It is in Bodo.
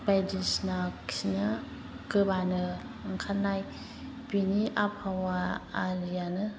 बायदिसिना खिनो गोबानो ओंखारनाय बिनि आबहावा आरिआनो